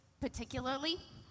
particularly